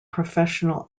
professional